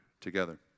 together